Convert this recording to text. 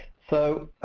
so